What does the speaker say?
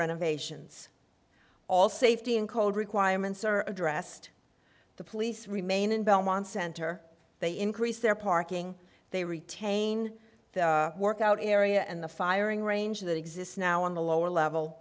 renovations all safety and code requirements are addressed the police remain in belmont center they increase their parking they retain the workout area and the firing range that exists now on the lower level